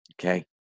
okay